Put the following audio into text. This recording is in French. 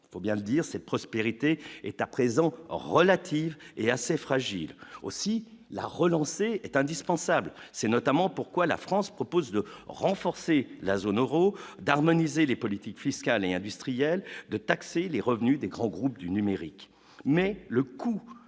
il faut bien le dire, cette prospérité est à présent relative et assez fragile aussi la relancer est indispensable, c'est notamment pourquoi la France propose de renforcer la zone Euro d'harmoniser les politiques fiscales et industrielle de taxer les revenus des grands groupes du numérique, mais le coût